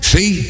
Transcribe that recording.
See